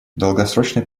долгосрочной